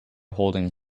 holding